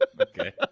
Okay